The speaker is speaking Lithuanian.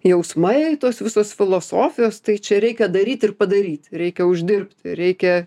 jausmai tos visos filosofijos tai čia reikia daryt ir padaryt reikia uždirbt reikia